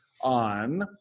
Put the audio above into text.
on